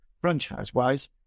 franchise-wise